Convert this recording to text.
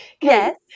Yes